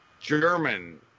german